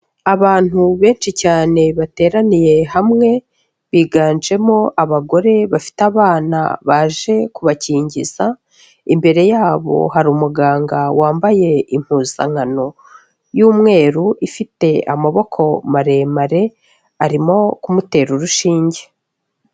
Abantu benshi cyane bateraniye hamwe, biganjemo abagore bafite abana baje kubakingiza, imbere yabo hari umuganga wambaye impuzankano y'umweru, ifite amaboko maremare, arimo kumutera urushinge.